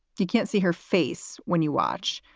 you can't see her face when you watch,